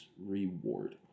reward